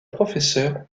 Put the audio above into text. professeur